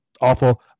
awful